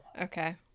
Okay